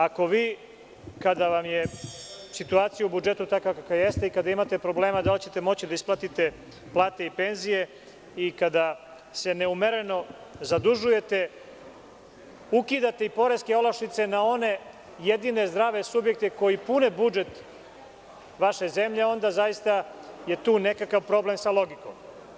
Ako vi kada vam je situacija u budžetu takva kakva jesti i kada imate problema sa tim da li ćete moći da isplatite plate i penzije i kada se neumereno zadužujete, ukidate i poreske olakšice na jedine zdrave subjekte koji pune budžet vaše zemlje, onda zaista je tu nekakav problem sa logikom.